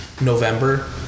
November